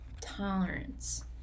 tolerance